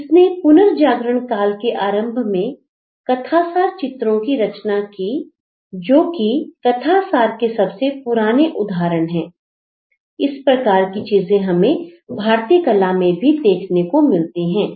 इसने पुनर्जागरण काल के आरंभ में कथासार चित्रों की रचना की जो कि कथासार के सबसे पुराने उदाहरण हैं इसी प्रकार की चीजें हमें भारतीय कला में भी देखने को मिलती है